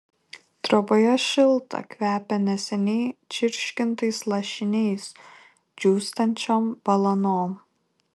troboje šilta kvepia neseniai čirškintais lašiniais džiūstančiom balanom